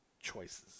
Choices